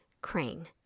Crane